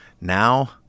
now